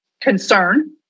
concern